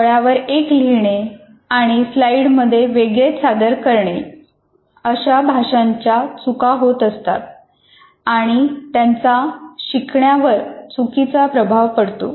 फळ्यावर एक लिहिणे आणि आणि स्लाइडमध्ये वेगळेच सादर करणे अशा भाषांच्या चुका होत असतात आणि त्यांचा शिकवण्यावर चुकीचा प्रभाव पडतो